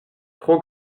trop